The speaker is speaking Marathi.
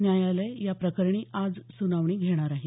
न्यायालय या प्रकरणी आज सुनावणी घेणार आहे